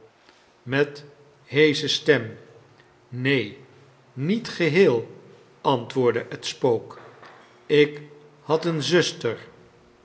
met heeoche sttexn neen niet geheel amtwoowdde het spook ik had eene zuster